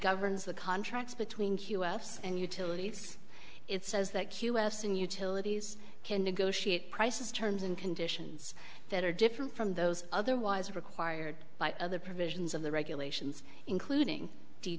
governs the contracts between q us and utilities it says that q s and utilities can negotiate prices terms and conditions that are different from those otherwise required by other provisions of the regulations including